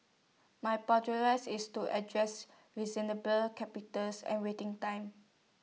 my is to address reasonable capitals and waiting times